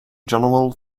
general